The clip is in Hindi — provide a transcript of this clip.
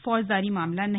फौजदारी मामला नहीं